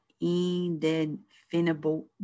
indefinable